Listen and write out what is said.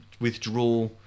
withdraw